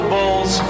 Bulls